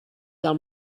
del